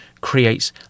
creates